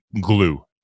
glue